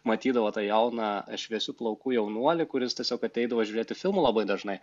matydavo tą jauną šviesių plaukų jaunuolį kuris tiesiog ateidavo žiūrėti filmų labai dažnai